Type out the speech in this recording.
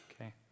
okay